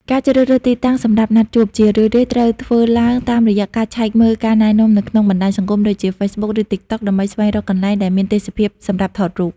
ការជ្រើសរើសទីតាំងសម្រាប់ណាត់ជួប ជារឿយៗត្រូវបានធ្វើឡើងតាមរយៈការឆែកមើលការណែនាំនៅក្នុងបណ្ដាញសង្គមដូចជា Facebook ឬ TikTok ដើម្បីស្វែងរកកន្លែងដែលមានទេសភាពស្អាតសម្រាប់ថតរូប។